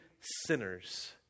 sinners